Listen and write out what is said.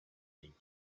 king